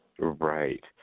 Right